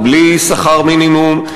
או בלי שכר מינימום,